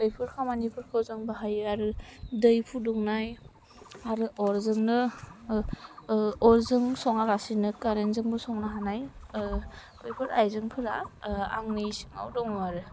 बैफोर खामानिफोरखौ जों बाहायो आरो दै फुदुंनाय आरो अरजोंनो अरजों सङालासेनो कारेन्टजोंबो संनो हानाय बैफोर आइजेंफोरा आंनि सिङाव दं आरो